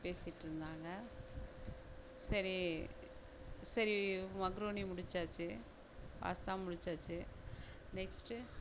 பேசிகிட்டுருந்தாங்க சரி சரி மக்ருனி முடிச்சாச்சு பாஸ்த்தாவும் முடிச்சாச்சு நெக்ஸ்ட்டு